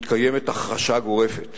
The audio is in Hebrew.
מתקיימת הכחשה גורפת